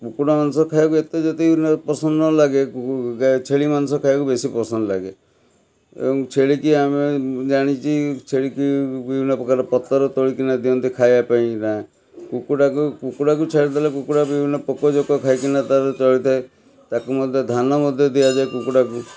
କୁକୁଡ଼ା ମାଂସ ଖାଇବାକୁ ଏତେ ଯେତିକି ନ ପସନ୍ଦ ନ ଲାଗେ ଛେଳି ମାଂସ ଖାଇବାକୁ ବେଶୀ ପସନ୍ଦ ଲାଗେ ଏବଂ ଛେଳିକି ଆମେ ମୁଁ ଜାଣିଛି ଛେଳିକି ବିଭିନ୍ନ ପ୍ରକାର ପତର ତୋଳିକିନା ଦିଅନ୍ତି ଖାଇବାପାଇଁ କିନା କୁକୁଡ଼ାକୁ କୁକୁଡ଼ାକୁ ଛାଡ଼ିଦେଲେ କୁକୁଡ଼ା ବିଭିନ୍ନ ପୋକଜୋକ ଖାଇକିନା ତାର ଚଳିଥାଏ ତାକୁ ମଧ୍ୟ ଧାନ ମଧ୍ୟ ଦିଆଯାଏ କୁକୁଡ଼ାକୁ